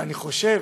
ואני חושב